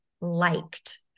liked